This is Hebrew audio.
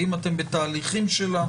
האם אתם בתהליכים שלה?